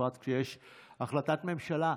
בפרט כשיש החלטת ממשלה.